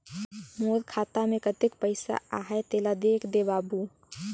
मोर खाता मे कतेक पइसा आहाय तेला देख दे बाबु?